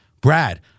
Brad